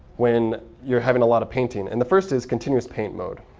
when you're having a lot of painting. and the first is continuous paint mode.